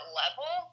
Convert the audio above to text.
level